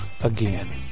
again